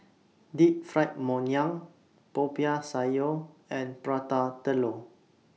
Deep Fried Ngoh Hiang Popiah Sayur and Prata Telur